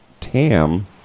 Tam